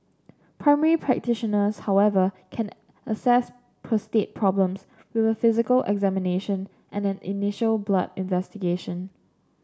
primary practitioners however can assess prostate problems with a physical examination and an initial blood investigation